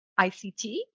ICT